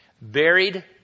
Buried